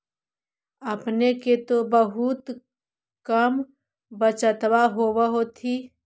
अपने के तो बहुते कम बचतबा होब होथिं?